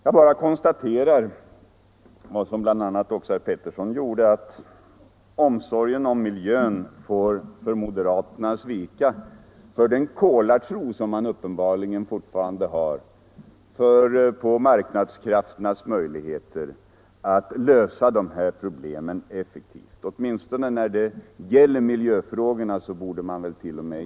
Jag konstaterar, vilket också herr Pettersson i Lund gjorde, att moderaterna låter omsorgen om miljön svika till förmån för den kolartro som man uppenbarligen fortfarande har på marknadskrafternas möjligheter att lösa dessa problem effektivt. Åtminstone när det gäller miljöfrågorna borde man vält.o.m.